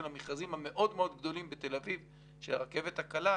המכרזים המאוד מאוד גדולים בתל אביב של הרכבת הקלה,